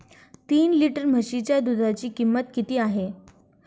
तीन लिटर म्हशीच्या दुधाची किंमत किती आहे?